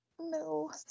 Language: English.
No